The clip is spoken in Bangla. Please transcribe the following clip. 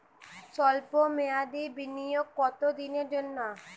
সল্প মেয়াদি বিনিয়োগ কত দিনের জন্য?